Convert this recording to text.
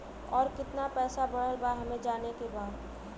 और कितना पैसा बढ़ल बा हमे जाने के बा?